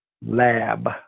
lab